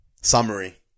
summary